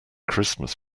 christmas